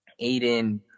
Aiden